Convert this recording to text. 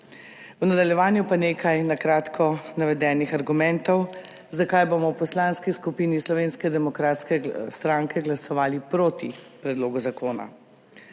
V nadaljevanju pa nekaj na kratko navedenih argumentov, zakaj bomo v Poslanski skupini Slovenske demokratske stranke glasovali proti predlogu zakona.